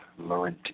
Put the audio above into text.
Laurenti